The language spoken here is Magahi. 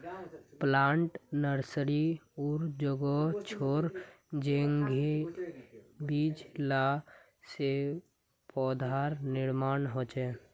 प्लांट नर्सरी उर जोगोह छर जेंछां बीज ला से पौधार निर्माण होछे